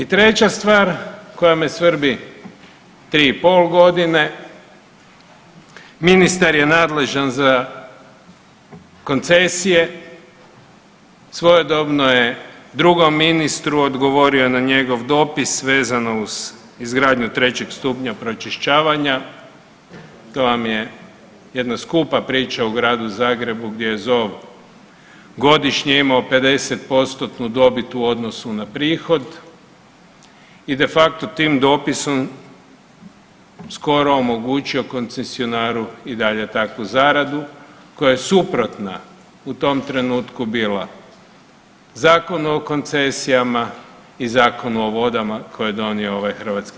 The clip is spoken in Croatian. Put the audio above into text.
I treća stvar koja me svrbi, 3,5.g. ministar je nadležan za koncesije, svojedobno je drugom ministru odgovorio na njegov dopis vezano uz izgradnju trećeg stupnja pročišćavanja, to vam je jedna skupa priča u Gradu Zagrebu gdje je ZOV godišnje imao 50%-tnu dobit u odnosu na prihod i de facto tim dopisom skoro omogućio koncesionaru i dalje takvu zaradu koja je suprotna u tom trenutku bila Zakonu o koncesijama i Zakonu o vodama koje je donio ovaj HS.